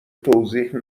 توضیح